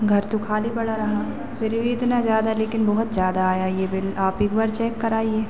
घर तो खाली पड़ा रहा फिर भी इतना ज़्यादा लेकिन बहुत ज़्यादा आया यह बिल आप एक बार चेक कराइए